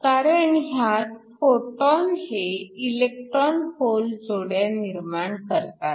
कारण ह्यात फोटॉन हे इलेक्ट्रॉन होल जोड्या निर्माण करतात